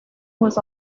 was